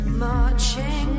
marching